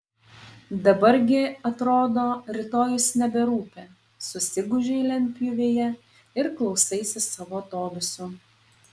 dabar gi atrodo rytojus neberūpi susigūžei lentpjūvėje ir klausaisi savo atodūsių